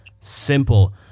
simple